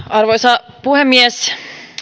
arvoisa puhemies